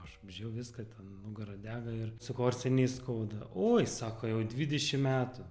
aš apžiūrėjau viską ten nugara dega ir sakau ar seniai skauda oi sako jau dvidešim metų